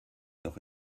noch